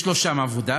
יש לו שם עבודה?